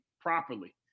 properly